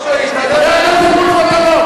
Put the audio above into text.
בוש והיכלם לך.